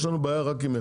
יש לנו בעיה רק עם אחד.